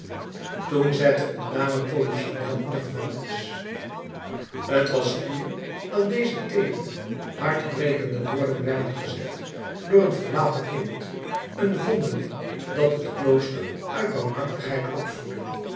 toen zette een dame polichinel in de gevangenis t was hier dat deze teedere hartbrekende woorden werden gezegd door een verlaten kind een vondeling dat het klooster uit barmhartigheid opvoedde